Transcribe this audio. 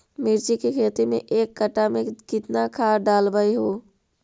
मिरचा के खेती मे एक कटा मे कितना खाद ढालबय हू?